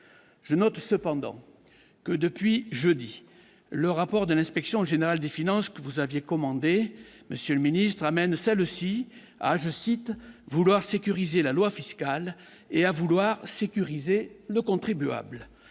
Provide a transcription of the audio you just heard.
je note cependant que, depuis jeudi, le rapport de l'Inspection générale des finances que vous aviez commandé, monsieur le Ministre, amène, celle-ci a, je cite, vouloir sécuriser la loi fiscale et à vouloir sécuriser le contribuable,